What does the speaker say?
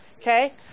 Okay